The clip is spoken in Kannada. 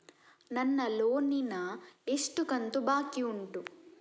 ನನ್ನ ಲೋನಿನ ಎಷ್ಟು ಕಂತು ಬಾಕಿ ಉಂಟು?